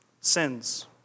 sins